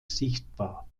sichtbar